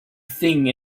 thing